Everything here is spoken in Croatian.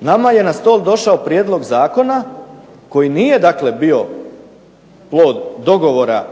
nama je na stol došao prijedlog zakona koji nije dakle bio plod dogovora